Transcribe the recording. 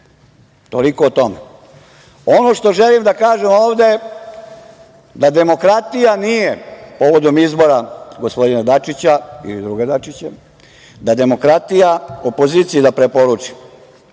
Toliko o tome. Ono što želim da kažem je da demokratija nije, povodom izbora gospodina Dačića ili druga Dačića, opoziciji da preporučim,